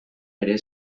ere